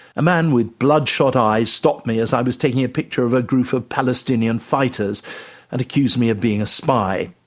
a man with bloodshot eyes stopped me as i was taking a picture of a group of palestinian fighters and accused me of being a spy.